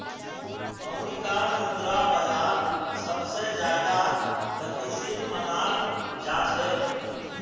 अमरीकार मुद्रा बाजार सबसे ज्यादा गतिशील मनाल जा छे